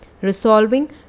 resolving